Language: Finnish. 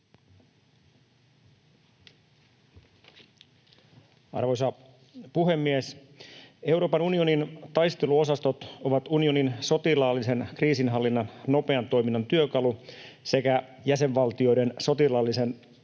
Arvoisa puhemies! Euroopan unionin taisteluosastot ovat unionin sotilaallisen kriisinhallinnan nopean toiminnan työkalu sekä jäsenvaltioiden sotilaallisen